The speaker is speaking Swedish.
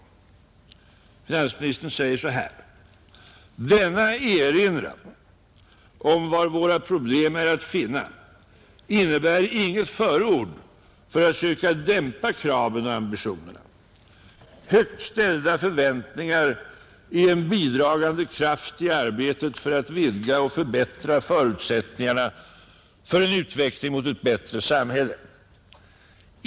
Finansministern säger så här: ”Denna erinran om var våra problem är att finna innebär inget förord för att söka dämpa kraven och ambitionerna. Högt ställda förväntningar är en bidragande kraft i arbetet för att vidga och förbättra förutsättningarna för en utveckling mot ett bättre samhälle.